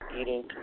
eating